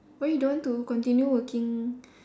why you don't want to continue working